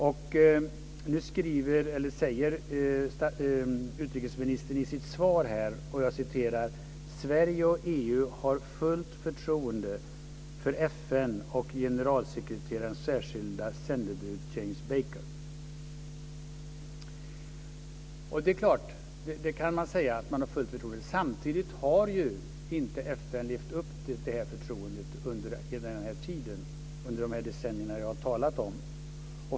Och nu säger utrikesministern i sitt svar att "Sverige och EU har fullt förtroende för FN och generalsekreterarens särskilda sändebud James Baker". Det är klart att man kan säga att man har fullt förtroende. Samtidigt har inte FN levt upp till det här förtroendet under de decennier som jag har talat om.